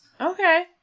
Okay